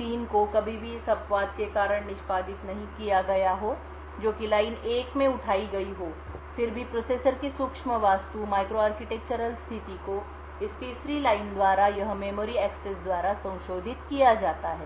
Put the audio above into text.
3 को कभी भी इस अपवाद के कारण निष्पादित नहीं किया गया हो जो कि लाइन 1 में उठाई गई हो फिर भी प्रोसेसर की सूक्ष्म वास्तु माइक्रो आर्किटेक्चरल स्थिति को इस तीसरी लाइन द्वारा यह मेमोरी एक्सेस द्वारा संशोधित किया जाता है